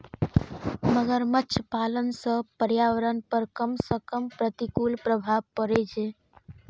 मगरमच्छ पालन सं पर्यावरण पर कम सं कम प्रतिकूल प्रभाव पड़ै छै